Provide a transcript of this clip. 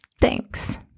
Thanks